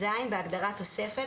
בהגדרה "תוספת",